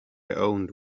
owned